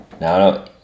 Now